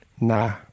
Nah